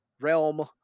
Realm